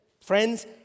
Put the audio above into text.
friends